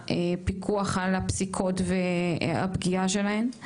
הפיקוח על הפסיקות והפגיעה שלהן.